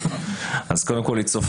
תודה